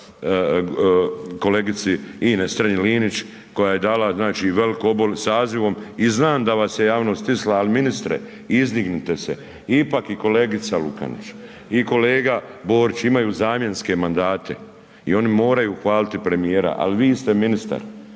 kolegici Ines Strenji Linić koja je dala veliki obol sazivom i znam da vas je javnost stisla ali ministre, izdignite se, ipak i kolega Lukačić i kolega Borić imaju zamjenske mandate i oni moraju hvaliti premijera ali vi ste ministar,